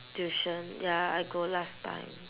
tuition ya I go last time